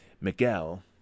Miguel